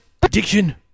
Prediction